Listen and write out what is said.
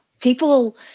People